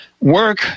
work